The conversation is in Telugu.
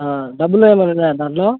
డబ్బులు ఏమైనా ఉన్నాయా దాంట్లో